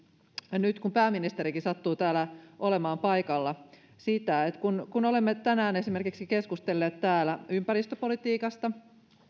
nyt kun pääministerikin sattuu täällä olemaan paikalla sitä kun kun olemme tänään esimerkiksi keskustelleet täällä ympäristöpolitiikasta